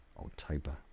october